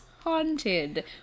haunted